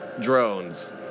drones